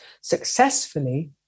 successfully